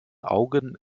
augen